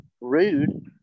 rude